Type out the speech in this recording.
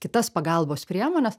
kitas pagalbos priemones